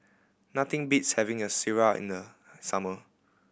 nothing beats having a sireh in the summer